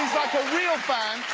a real fan.